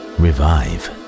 revive